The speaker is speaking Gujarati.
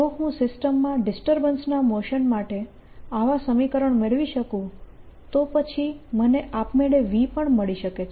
જો હું સિસ્ટમમાં ડિસ્ટર્બન્સના મોશન માટે આવા સમીકરણ મેળવી શકું તો પછી મને આપમેળે v પણ મળી શકે છે